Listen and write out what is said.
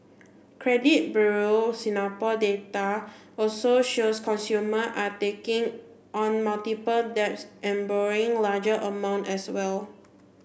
credit Bureau Singapore data also shows consumer are taking on multiple debts and bring larger amount as well